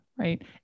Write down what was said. Right